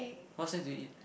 what snacks do you eat